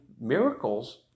miracles